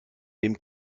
dem